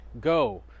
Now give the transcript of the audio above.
Go